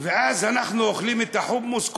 ואז אנחנו אוכלים את החומוס.